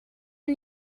een